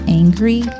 angry